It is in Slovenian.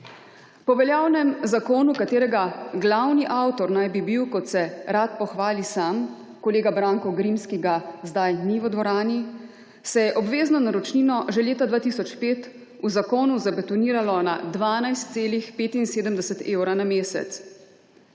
Po veljavnem zakonu, katerega glavni avtor naj bi bil, kot se rad pohvali sam, kolega Branko Grims, ki ga zdaj ni v dvorani, se je obvezno naročnino že leta 2005 v zakonu zabetoniralo na 12,75 evra na mesec.